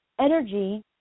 Energy